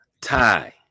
tie